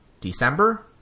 December